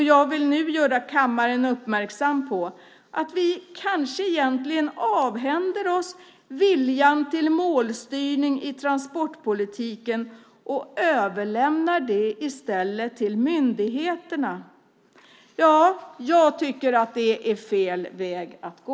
Jag vill nu göra kammaren uppmärksam på att vi kanske egentligen avhänder oss viljan till målstyrning i transportpolitiken och i stället överlämnar den till myndigheterna. Jag tycker att det är fel väg att gå.